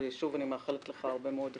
שוב, אני מאחלת לך הרבה מאוד הצלחה.